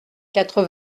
quatre